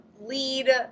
lead